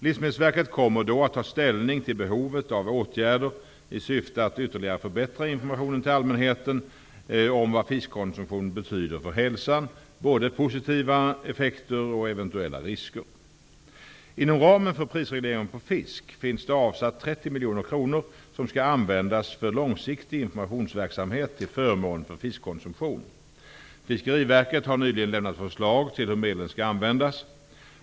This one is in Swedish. Livsmedelsverket kommer då att ta ställning till behovet av åtgärder i syfte att ytterligare förbättra informationen till allmänheten om vad fiskkonsumtion betyder för hälsan -- både positiva effekter och eventuella risker. Inom ramen för prisregleringen på fisk finns det avsatt 30 miljoner kronor som skall användas för långsiktig informationsverksamhet till förmån för fiskkonsumtion. Fiskeriverket har nyligen lämnat förslag till hur medlen skall användas.